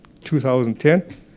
2010